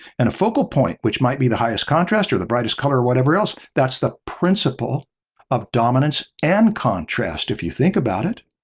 and a focal point which might be the highest contrast or the brightest color or whatever else, that's the principle of dominance and contrast if you think about it.